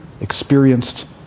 experienced